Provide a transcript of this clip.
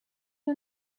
you